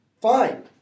fine